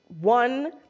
One